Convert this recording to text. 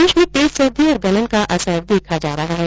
प्रदेश में तेज सर्दी और गलन का असर देखा जा रहा है